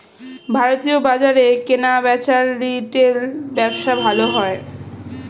ভারতীয় বাজারে কেনাবেচার রিটেল ব্যবসা ভালো চলে